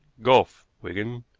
golf, wigan!